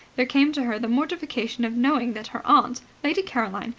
there came to her the mortification of knowing that her aunt, lady caroline,